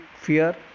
fear